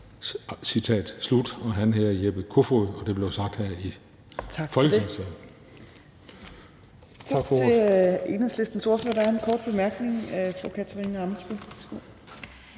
Og han hedder Jeppe Kofod, og det blev sagt her i Folketingssalen. Tak for ordet.